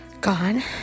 gone